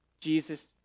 Jesus